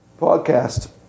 podcast